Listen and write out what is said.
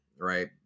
right